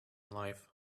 life